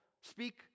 speak